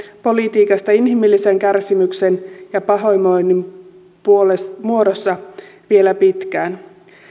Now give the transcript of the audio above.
politiikasta inhimillisen kärsimyksen ja pahoinvoinnin muodossa vielä pitkään